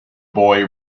boy